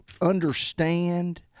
understand